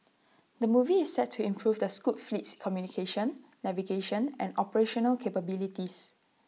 the movie is set to improve the scoot fleet's communication navigation and operational capabilities